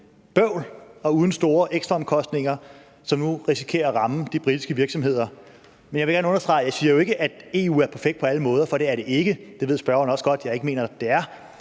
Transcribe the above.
bøvl og uden store ekstra omkostninger, som nu risikerer at ramme de britiske virksomheder. Men jeg vil gerne understrege, at jeg jo ikke siger, at EU er perfekt på alle måder, for det er det ikke, og det ved spørgeren også godt jeg ikke mener det er,